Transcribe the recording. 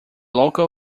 local